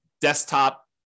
desktop